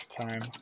time